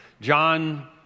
John